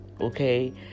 Okay